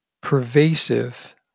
pervasive